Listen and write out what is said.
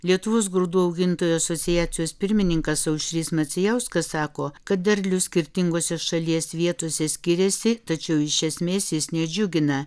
lietuvos grūdų augintojų asociacijos pirmininkas aušrys macijauskas sako kad derlius skirtingose šalies vietose skiriasi tačiau iš esmės jis nedžiugina